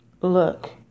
Look